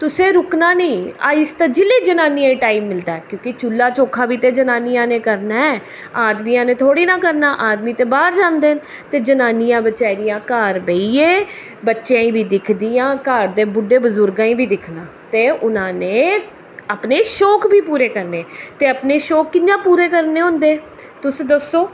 तुसें रुकना नेईं आहिस्ता जेल्लै जनानियां गी टाइम मिलदा ऐ क्योंकि चुल्ला चौंका बी ते जनानियां ने करना ऐ आदमियां ने थोह्ड़ी ना करना आदमी ते बाह्र जांदे न ते जनानियां बचैरियां घर बेहियै बच्चेआं गी बी दिखदियां घर दे बड्डे बजुर्गां गी बी दिक्खना ते उ'नें ने अपने शौंक बी पूरे करने ते अपने शौंक कि'यां पूरे करने होंदे तुस दस्सो